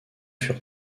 furent